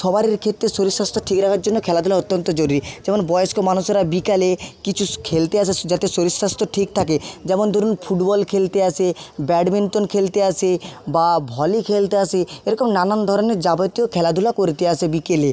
সবারের ক্ষেত্রে শরীর স্বাস্থ্য ঠিক রাখার জন্য খেলাধুলা অত্যন্ত জরুরি যেমন বয়স্ক মানুষেরা বিকালে কিছু খেলতে আসা যাতে শরীর স্বাস্থ্য ঠিক থাকে যেমন ধরুন ফুটবল খেলতে আসে ব্যাডমিন্টন খেলতে আসে বা ভলি খেলতে আসে এরকম নানান ধরণের যাবতীয় খেলাধুলা করতে আসে বিকেলে